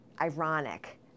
ironic